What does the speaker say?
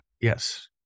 yes